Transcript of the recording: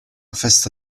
festa